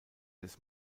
des